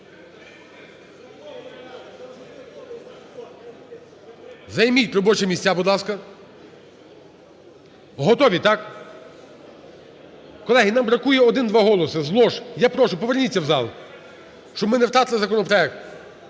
Займіть робочі місця, будь ласка. Готові, так? Колеги, нам бракує 1-2 голоси. З лож, я прошу, поверніться в зал, щоб ми не втратили законопроект.